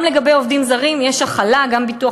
גם לגבי עובדים זרים יש החלה: גם ביטוח